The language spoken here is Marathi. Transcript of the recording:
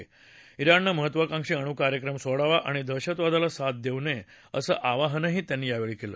तिणनं महत्त्वाकांक्षी अणू कार्यक्रम सोडावा आणि दहशतवादाला साथ देऊ नये असं आवाहन त्यांनी केलं